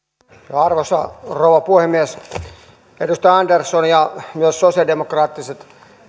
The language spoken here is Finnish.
arvoisa rouva puhemies edustaja andersson ja myös sosialidemokraattiset